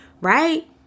Right